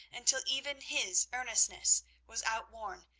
until even his earnestness was outworn,